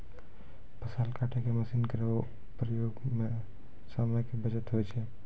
फसल काटै के मसीन केरो प्रयोग सें समय के बचत होय छै